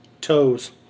Toes